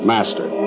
Master